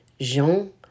Jean